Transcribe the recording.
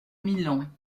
milan